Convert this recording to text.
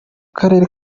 karere